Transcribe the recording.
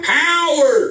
power